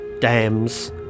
dams